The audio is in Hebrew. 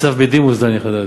ניצב בדימוס דני חדד.